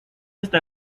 esta